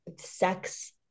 sex